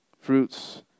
fruits